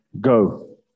Go